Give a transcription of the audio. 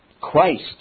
Christ